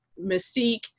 Mystique